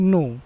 no